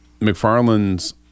McFarland's